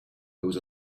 was